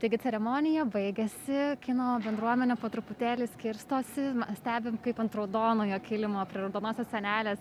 taigi ceremonija baigėsi kino bendruomenė po truputėlį skirstosi stebim kaip ant raudonojo kilimo prie pamato senelės